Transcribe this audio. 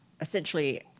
essentially